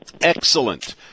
Excellent